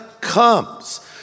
comes